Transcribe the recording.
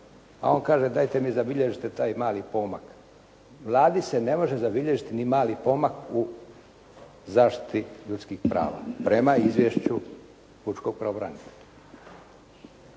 a on kaže dajte mi zabilježite taj mali pomak. Vladi se ne može zabilježiti ni mali pomak u zaštiti ljudskih prava prema izvješću pučkog pravobranitelja.